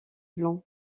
blanc